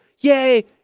yay